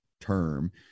term